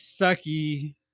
sucky